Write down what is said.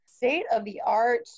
state-of-the-art